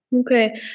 Okay